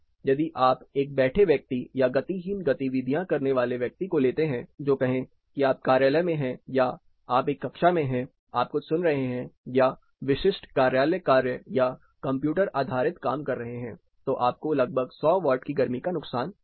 यदि आप एक बैठे व्यक्ति या गतिहीन गतिविधियां करने वाले व्यक्ति को लेते हैं हैं तो कहें कि आप कार्यालय में हैं या आप एक कक्षा में हैं आप कुछ सुन रहे हैं या विशिष्ट कार्यालय कार्य या कंप्यूटर आधारित काम कर रहे हैं तो आपको लगभग 100 वाट की गर्मी का नुकसान होगा